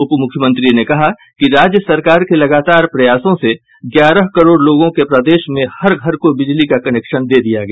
उप मुख्यमंत्री ने कहा कि राज्य सरकार के लगातार प्रयासों से ग्यारह करोड़ लोगों के प्रदेश में हर घर को बिजली का कनेक्शन दे दिया गया